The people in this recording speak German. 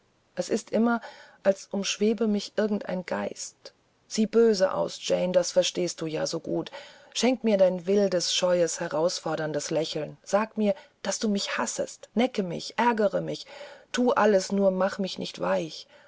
es ist immer als umschwebe mich irgend ein geist sieh böse aus jane das verstehst du ja so gut schenk mir dein wildes scheues herausforderndes lächeln sag mir daß du mich hassest necke mich ärgere mich thu alles nur mache mich nicht weich